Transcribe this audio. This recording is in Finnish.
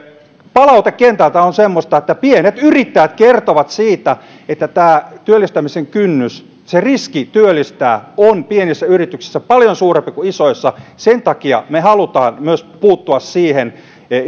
palaute kentältä on semmoista että pienet yrittäjät kertovat siitä että työllistämisen kynnys riski työllistää on pienissä yrityksissä paljon suurempi kuin isoissa sen takia me haluamme puuttua myös